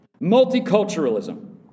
multiculturalism